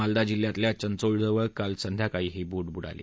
मालदा जिल्ह्यातल्या चंचोलजवळ काल संध्याकाळी ही बोध मुडाली